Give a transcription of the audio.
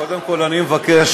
קודם כול, אני אבקש